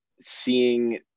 seeing